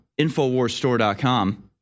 Infowarsstore.com